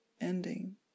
ending